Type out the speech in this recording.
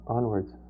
Onwards